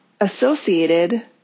associated